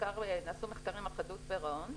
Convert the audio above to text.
בעיקר נעשו מחקרים על חדלות פירעון,